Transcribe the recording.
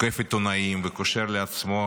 תוקף עיתונאים וקושר לעצמו